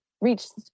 reached